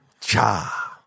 Cha